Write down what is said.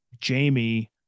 Jamie